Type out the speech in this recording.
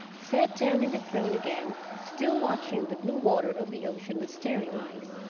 sat down in the throne again still watching the blue water of the ocean with staring eyes.